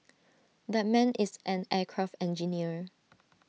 that man is an aircraft engineer